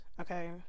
okay